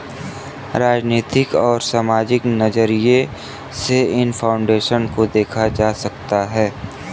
राजनीतिक और सामाजिक नज़रिये से इन फाउन्डेशन को देखा जा सकता है